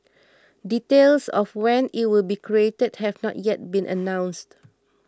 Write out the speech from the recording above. details of when it will be created have not yet been announced